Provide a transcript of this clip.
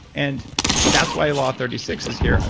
and that's why law thirty six is here.